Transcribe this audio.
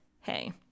hey